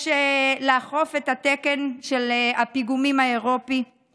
יש לאכוף את התקן האירופי של הפיגומים,